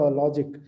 logic